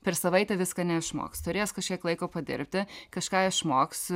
per savaitę viską neišmoks turės kažkiek laiko padirbti kažką išmoks